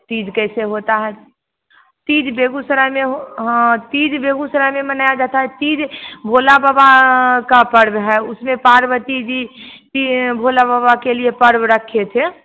तीज कैसे होता है तीज बेगूसराय में हो हाँ तीज बेगूसराय में मनाया जाता है तीज भोला बाबा का पर्व है उसमें पार्वती जी भोला बाबा के लिए पर्व रखे थे